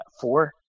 Four